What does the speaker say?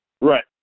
Right